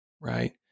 right